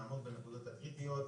לעמוד בנקודות הקריטיות,